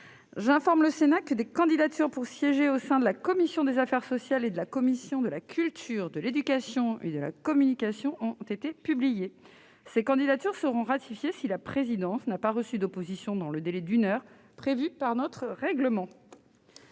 J'informe le Sénat que des candidatures pour siéger au sein de la commission des affaires sociales et de la commission de la culture, de l'éducation et de la communication ont été publiées. Ces candidatures seront ratifiées si la présidence n'a pas reçu d'opposition dans le délai d'une heure prévu par notre règlement.